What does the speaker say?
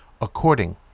according